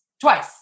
twice